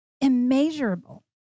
immeasurable